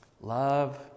Love